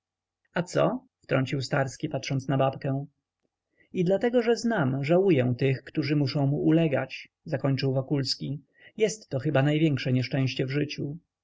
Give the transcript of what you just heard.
a co wtrącił starski patrząc na babkę i dlatego że znam żałuję tych którzy muszą mu ulegać zakończył wokulski jestto chyba największe nieszczęście w życiu